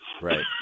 Right